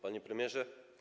Panie Premierze!